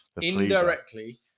indirectly